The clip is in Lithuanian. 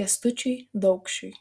kęstučiui daukšiui